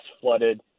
flooded